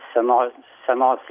senos senos